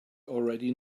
already